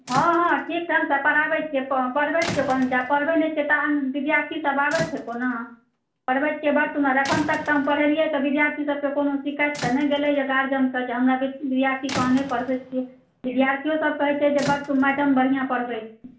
हँ हँ ठीक छै हम से पढ़ाबैत छियै पढ़बैत छियै पढ़बैत नहि छियै तऽ विद्यार्थीसभ आबैत छै कोना पढ़बैत छियै बड्ड सुन्दर एखन तक तऽ हम पढ़ेलियै तऽ विद्यार्थी सभके कोनो शिकायत तऽ नहि गेलै जे गार्जियनके जे हमरा विद्यार्थीके अहाँ नहि पढ़बैत छियै विद्यार्थिओसभ कहैत छै जे बड्ड सुन्दर मैडम बढ़िआँ पढ़बैत छै